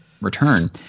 return